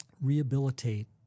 rehabilitate